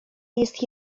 jest